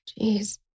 Jeez